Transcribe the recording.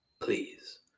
Please